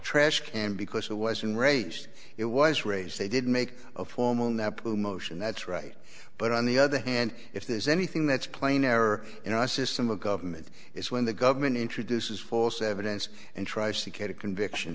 trash can because it was enraged it was raised they didn't make a formal nap to motion that's right but on the other hand if there's anything that's plainer in our system of government is when the government introduces force evidence and tries to get a conviction